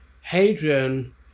Hadrian